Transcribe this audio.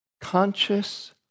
conscious